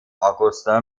augusta